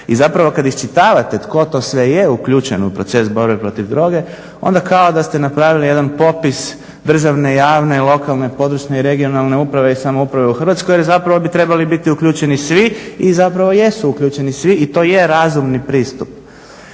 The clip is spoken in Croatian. I zapravo kad iščitavate tko to sve je uključen u proces borbe protiv droge onda kao da ste napravili jedan popis državne, javne, lokalne, područne i regionalne uprave i samouprave u Hrvatskoj, jer zapravo bi trebali biti uključeni svi i zapravo jesu uključeni svi i to je razumni pristup.